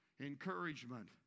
encouragement